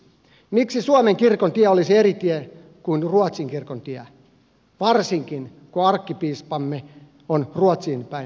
miksi suomen kirkon tie olisi eri tie kuin ruotsin kirkon tie varsinkin kun arkkipiispamme on ruotsiin päin kallellaan